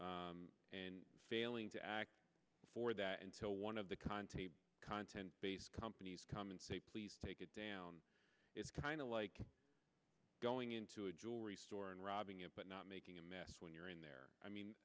and failing to act for that until one of the content content based companies come and say please take it down it's kind of like going into a jewelry store and robbing it but not making a mess when you're in there i